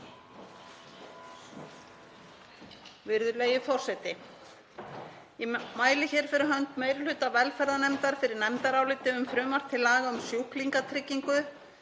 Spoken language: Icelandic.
Virðulegi forseti. Ég mæli hér fyrir hönd meiri hluta velferðarnefndar fyrir nefndaráliti um frumvarp til laga um sjúklingatryggingu.